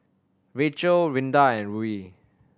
Rachel Rinda and Ruie